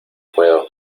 puedo